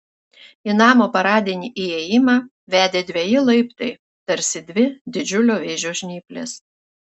į namo paradinį įėjimą vedė dveji laiptai tarsi dvi didžiulio vėžio žnyplės